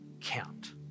count